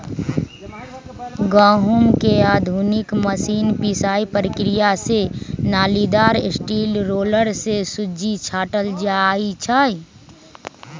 गहुँम के आधुनिक मशीन पिसाइ प्रक्रिया से नालिदार स्टील रोलर से सुज्जी छाटल जाइ छइ